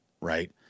right